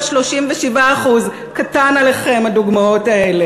73% עלייה במחירי השוקולד,